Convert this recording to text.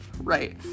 right